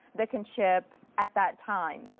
that can ship at that time.